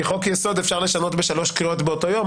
כי חוק-יסוד אפשר לשנות בשלוש קריאות באותו יום,